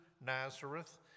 Nazareth